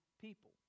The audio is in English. people